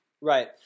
Right